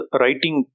writing